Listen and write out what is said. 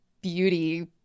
beauty